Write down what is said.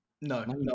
no